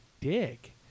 dick